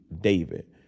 David